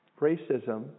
racism